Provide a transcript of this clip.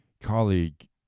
colleague